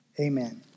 Amen